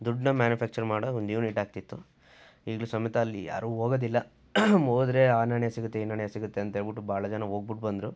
ದುಡ್ನ manufacture ಮಾಡೋ ಒಂದು unit ಆಗ್ತಿತ್ತು ಈಗಲೂ ಸಮೇತ ಅಲ್ಲಿ ಯಾರು ಹೋಗೊದಿಲ್ಲ ಹೋದ್ರೆ ಆ ನಾಣ್ಯ ಸಿಗುತ್ತೆ ಈ ನಾಣ್ಯ ಸಿಗುತ್ತೆ ಅಂಥೇಳಿಬಿಟ್ಟು ಭಾಳ ಜನ ಹೋಗ್ಬಿಟ್ಟ ಬಂದ್ರು